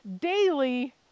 daily